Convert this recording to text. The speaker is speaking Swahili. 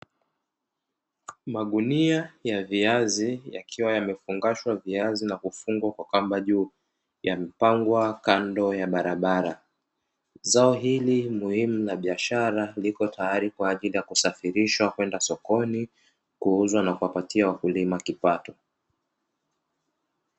Magunia ya viazi, yakiwa yamefungashwa viazi na kufungwa kwa kamba juu, yamepangwa kando ya barabara. Zao hili muhimu la biashara, liko tayari kwa ajili ya kusafirishwa kwenda sokoni, kuuzwa na kuwapatia wakulima kipato.